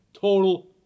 Total